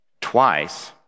twice